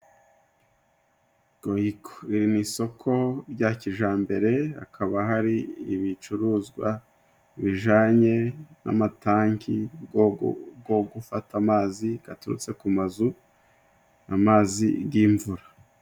Goyiko iri ni isoko rya kijambere hakaba hari ibicuruzwa bijañye n'amataki go go gufata amazi gaturutse ku mazu amazi g'imvura.